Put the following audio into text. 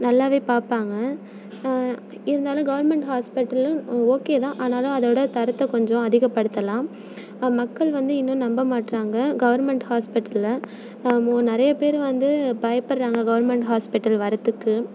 நல்லாவே பார்ப்பாங்க இருந்தாலும் கவர்மெண்ட் ஹாஸ்பிட்டலும் ஓகே தான் ஆனாலும் அதோடய தரத்தை கொஞ்சம் அதிகப்படுத்தலாம் மக்கள் வந்து இன்னும் நம்ம மாட்டுறாங்க கவர்மெண்ட் ஹாஸ்பிட்டலை மு நிறைய பேர் வந்து பயப்பட்றாங்க கவர்மெண்ட் ஹாஸ்பிட்டல் வரத்துக்கு